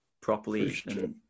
properly